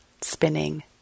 spinning